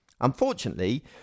Unfortunately